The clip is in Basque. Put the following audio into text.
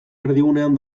erdigunean